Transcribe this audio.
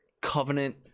covenant